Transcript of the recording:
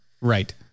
right